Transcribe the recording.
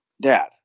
dad